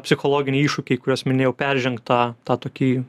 psichologiniai iššūkiai kuriuos minėjau peržengt tą tą tokį